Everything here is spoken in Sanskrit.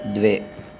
द्वे